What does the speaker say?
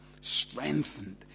strengthened